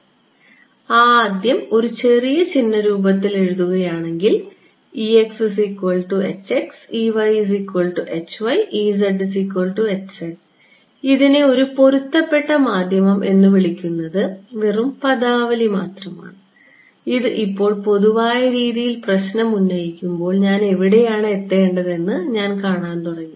അതിനാൽ ആദ്യം ഒരു ചെറിയ ചിഹ്നരൂപത്തിൽ എഴുതുകയാണെങ്കിൽ ഇതിനെ ഒരു പൊരുത്തപ്പെട്ട മാധ്യമം എന്ന് വിളിക്കുന്നു അത് വെറും പദാവലി മാത്രമാണ് ഇത് ഇപ്പോൾ പൊതുവായ രീതിയിൽ പ്രശ്നം ഉന്നയിക്കുമ്പോൾ ഞാൻ എവിടെയാണ് എത്തേണ്ടത് എന്ന് ഞാൻ കാണാൻ തുടങ്ങി